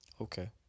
Okay